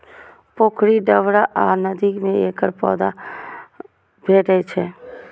पोखरि, डबरा आ नदी मे एकर पौधा भेटै छैक